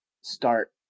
start